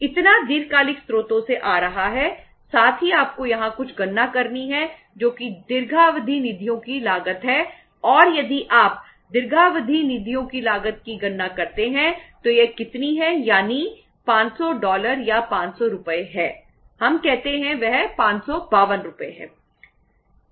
इतना दीर्घकालिक स्रोतों से आ रहा है साथ ही आपको यहाँ कुछ गणना करनी है जो कि दीर्घावधि निधियों की लागत है और यदि आप दीर्घावधि निधियों की लागत की गणना करते हैं तो यह कितनी है यानी 500 या 500 रु है हम कहते हैं वह 552 रु है